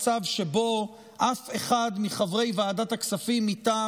מצב שבו אף אחד מחברי ועדת הכספים מטעם